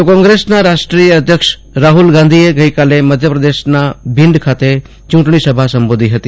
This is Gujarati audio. તો કોગ્રેસના રાષ્ટ્રીય અધ્યક્ષ રાફુલ ગાંધીએ ગઈકાલે મધ્યપ્રદેશના ભીડં ખાતે ચુંટણીસભા સંબોધી ફતી